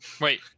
Wait